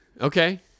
Okay